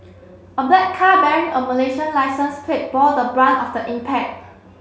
a black car bearing a Malaysian licence plate bore the brunt of the impact